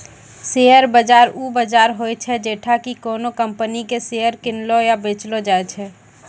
share बाजार उ बजार होय छै जैठां कि कोनो कंपनी के शेयर किनलो या बेचलो जाय छै